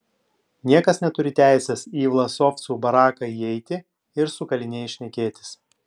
niekas neturi teisės į vlasovcų baraką įeiti ir su kaliniais šnekėtis